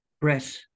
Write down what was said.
press